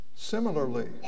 Similarly